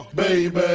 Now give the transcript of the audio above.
baby